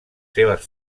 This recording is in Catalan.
seves